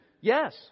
Yes